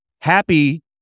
Happy